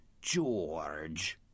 George